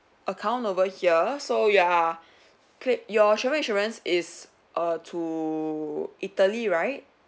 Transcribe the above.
account over here so you are cla~ your travel insurance is err to italy right